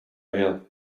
hill